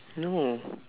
no